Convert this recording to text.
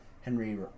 Henry